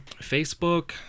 Facebook